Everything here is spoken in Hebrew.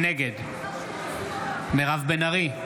נגד מירב בן ארי,